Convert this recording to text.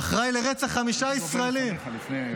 צבי ידידיה סוכות (הציונות הדתית):